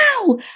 wow